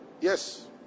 yes